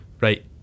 right